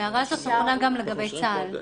גם לגבי צה"ל.